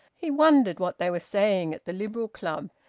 he wondered what they were saying at the liberal club,